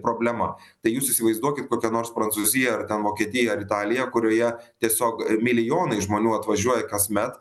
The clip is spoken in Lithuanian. problema tai jūs įsivaizduokit kokia nors prancūzija vokietija ar italija kurioje tiesiog milijonai žmonių atvažiuoja kasmet